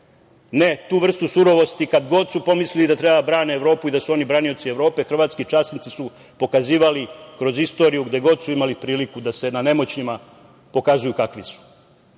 Ne, tu vrstu surovosti kada god su pomislili da treba da brane Evropu i da su oni branioci Evrope, hrvatski časnici su pokazivali kroz istoriju gde god su imali priliku da se na nemoćnima pokazuju kakvi su. To